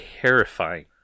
terrifying